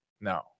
no